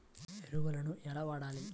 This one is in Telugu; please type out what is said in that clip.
ఎరువులను ఎలా వాడాలి?